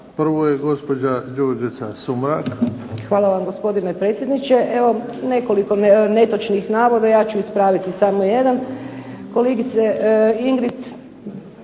Sumrak. **Sumrak, Đurđica (HDZ)** Hvala vam gospodine predsjedniče. Evo nekoliko netočnih navoda, ja ću ispraviti samo jedan. Kolegice Ingrid